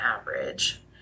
average